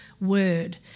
word